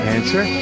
Answer